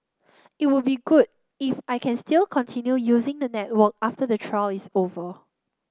it would be good if I can still continue using the network after the trial is over